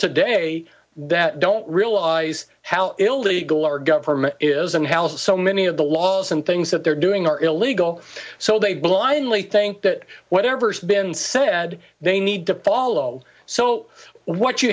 today that don't realize how illegal our government is and how so many of the laws and things that they're doing are illegal so they blindly think that whatever's been said they need to follow so what you